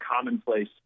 commonplace